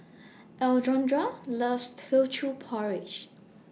Alondra loves Teochew Porridge